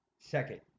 second